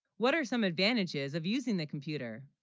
what are some advantages of using the computer